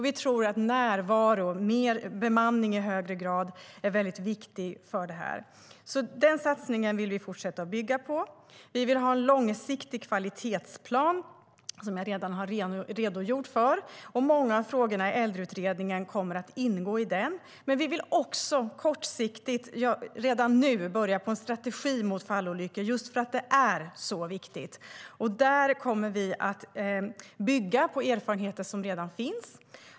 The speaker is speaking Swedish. Vi tror att närvaro och högre grad av bemanning är väldigt viktigt. Den satsningen vill vi fortsätta att bygga på. Där kommer vi att bygga på erfarenheter som redan finns.